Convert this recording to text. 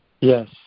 Yes